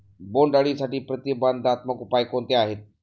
बोंडअळीसाठी प्रतिबंधात्मक उपाय कोणते आहेत?